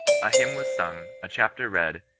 a hymn was sung, a chapter read,